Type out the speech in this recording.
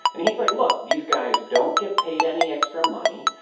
and he's like, look these guys don't get paid any extra money.